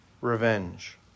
revenge